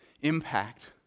impact